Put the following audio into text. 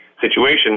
situation